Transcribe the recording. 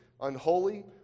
unholy